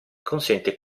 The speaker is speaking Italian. consente